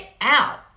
out